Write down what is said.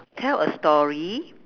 tell a story